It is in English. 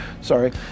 sorry